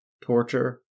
torture